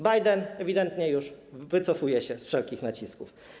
Biden ewidentnie już wycofuje się z wszelkich nacisków.